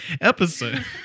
episode